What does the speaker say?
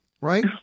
Right